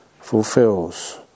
fulfills